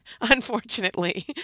unfortunately